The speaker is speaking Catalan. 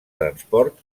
transport